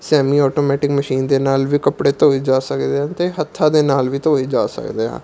semi automatic machine ਦੇ ਨਾਲ ਵੀ ਕੱਪੜੇ ਧੋਏ ਜਾ ਸਕਦੇ ਆ ਅਤੇ ਹੱਥਾਂ ਦੇ ਨਾਲ ਵੀ ਧੋਏ ਜਾ ਸਕਦੇ ਆ